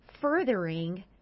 furthering